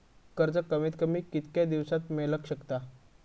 कर्ज कमीत कमी कितक्या दिवसात मेलक शकता?